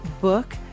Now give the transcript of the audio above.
book